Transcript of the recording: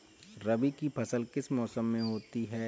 रबी की फसल किस मौसम में होती है?